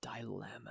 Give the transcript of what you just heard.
Dilemma